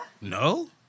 No